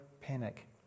panic